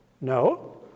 No